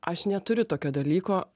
aš neturiu tokio dalyko